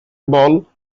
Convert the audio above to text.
ball